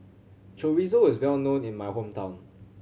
chorizo is well known in my hometown